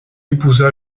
épousa